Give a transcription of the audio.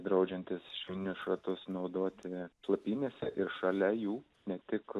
draudžiantis švininius šratus naudoti šlapynėse ir šalia jų ne tik